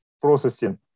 processing